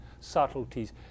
subtleties